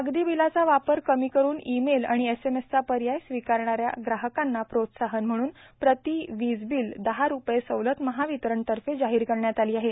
कागदी बिलाचा वापर कमी करून ई मेल आणि एसएमएसचा पर्याय स्वीकारणाऱ्या ग्राहकांना प्रोत्साहन म्हणून प्रति वीज बील दहा रूपये सवलत महावितरणातर्फे जाहीर करण्यात आली आहे